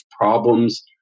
problems